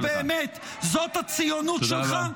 אז באמת, זאת הציונות שלך?